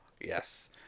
Yes